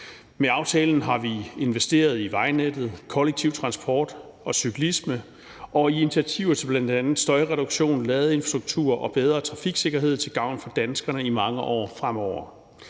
Med aftalen har vi investeret i vejnettet, kollektiv transport, cyklisme og initiativer til bl.a. støjreduktion, ladningsstruktur og bedre trafiksikkerhed til gavn for danskerne i mange år fremover.